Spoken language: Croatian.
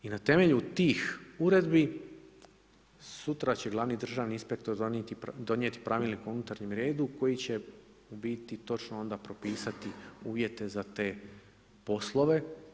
I na temelju tih uredbi, sutra će glavni državni inspektor donijeti Pravilnik o unutarnjem redu koji će u biti točno onda propisati uvjete za te poslove.